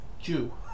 Jew